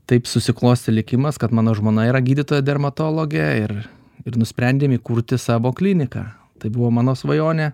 taip susiklostė likimas kad mano žmona yra gydytoja dermatologė ir ir nusprendėm įkurti savo kliniką tai buvo mano svajonė